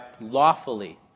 lawfully